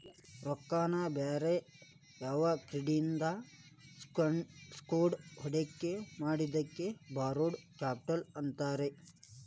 ರೊಕ್ಕಾನ ಬ್ಯಾರೆಯವ್ರಕಡೆಇಂದಾ ಇಸ್ಕೊಂಡ್ ಹೂಡ್ಕಿ ಮಾಡೊದಕ್ಕ ಬಾರೊಡ್ ಕ್ಯಾಪಿಟಲ್ ಅಂತಾರ